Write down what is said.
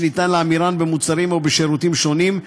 שאפשר להמירן במוצרים או בשירותים שונים,